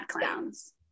clowns